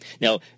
Now